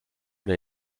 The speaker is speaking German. oder